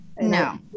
No